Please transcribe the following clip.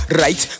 right